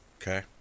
Okay